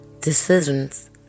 Decisions